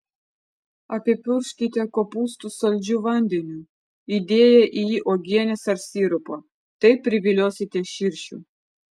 apipurkškite kopūstus saldžiu vandeniu įdėję į jį uogienės ar sirupo taip priviliosite širšių